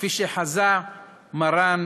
כפי שחזה מרן,